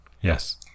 Yes